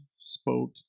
spoke